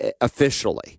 officially